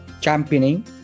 championing